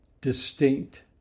distinct